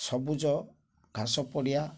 ସବୁଜ ଘାସ ପଡ଼ିଆ